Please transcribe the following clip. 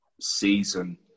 season